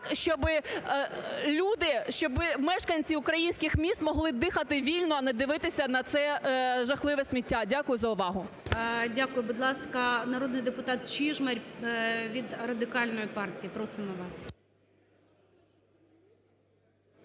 щоби люди, щоби мешканці українських міст могли дихати вільно, а не дивитися на це жахливе сміття. Дякую за увагу. ГОЛОВУЮЧИЙ. Дякую. Будь ласка, народний депутат Чижмарь від Радикальної партії. Просимо вас.